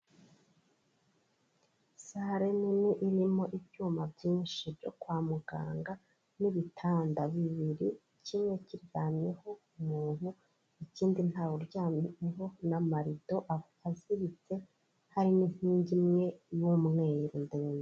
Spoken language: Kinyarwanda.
Sarenini irimo ibyuma byinshi byo kwa muganga n'ibitanda bibiri kimwe kiryamyeho umuntu, ikindi ntawuryamyeho n'amarido aziritse harimo inkingi imwe y'umweruru ndende.